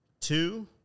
two